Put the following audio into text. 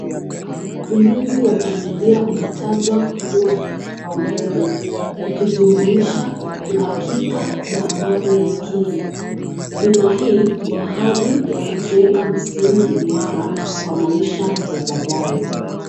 Ulinzi wa familia unataja kuwa kipau mbele ukijumuisha uhakika na amani ya akili. Bima hii ni ya ahadi ya kujenga msingi imara kwa maisha ya baadae.